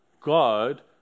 God